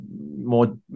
more